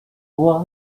was